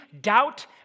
doubt